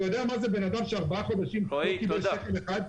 אתה יודע מה זה בן אדם שארבעה חודשים לא קיבל שקל אחד?